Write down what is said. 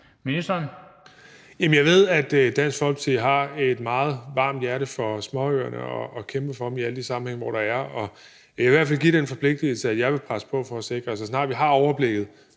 Bek): Jeg ved, at Dansk Folkeparti har et meget varmt hjerte for småøerne, og at man kæmper for dem i alle de sammenhænge, der er. Og jeg kan i hvert fald påtage mig den forpligtelse, at jeg vil presse på for at sikre, at vi, så snart vi har overblikket,